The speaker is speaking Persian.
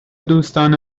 دوستان